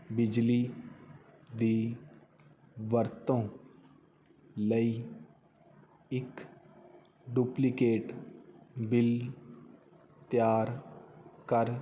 ਬਿਜਲੀ ਦੀ ਵਰਤੋਂ ਲਈ ਇੱਕ ਡੁਪਲੀਕੇਟ ਬਿੱਲ ਤਿਆਰ ਕਰ